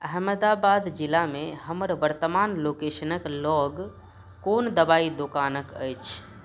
अहमदाबाद जिलामे हमर वर्तमान लोकेशनके लग कोन दवाइ दोकानके अछि